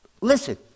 Listen